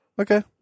Okay